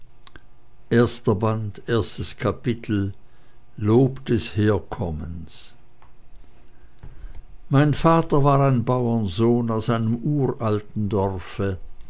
erster band erstes kapitel lob des herkommens mein vater war ein bauernsohn aus einem uralten dorfe